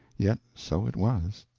yet so it was.